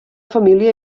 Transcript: família